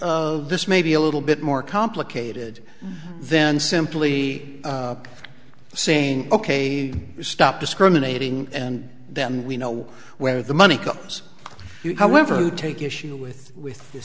of this may be a little bit more complicated then simply saying ok stop discriminating and then we know where the money comes however to take issue with with the